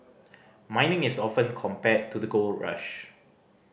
mining is often compared to the gold rush